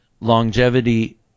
longevity